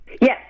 Yes